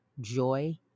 joy